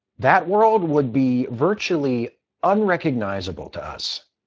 that world would be virtually unrecognizable to us.